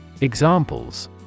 Examples